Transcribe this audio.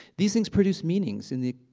these things produce meanings in the